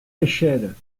l’échelle